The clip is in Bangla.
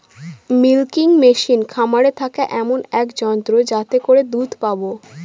মিল্কিং মেশিন খামারে থাকা এমন এক যন্ত্র যাতে করে দুধ পাবো